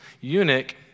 eunuch